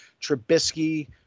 Trubisky